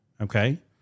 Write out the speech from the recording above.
okay